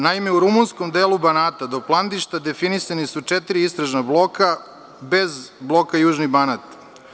Naime, u rumunskom delu Banata do Plandišta definisana su četiri istražna bloka bez bloka Južni Banat.